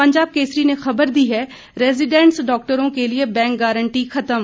पंजाब केसरी ने खबर दी है रैजीडेंट्स डाक्टरों के लिए बैंक गारंटी खत्म